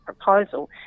proposal